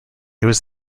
was